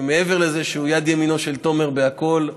מעבר לזה שהוא יד ימינו של תומר בכול,